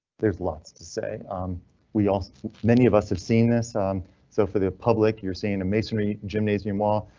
there's lots to say um we all many of us have seen this, um so for the public you're seeing a masonry gymnasium wall,